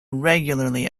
regularly